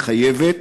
מחייבת,